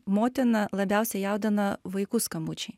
motiną labiausiai jaudina vaikų skambučiai